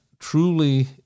truly